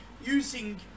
Using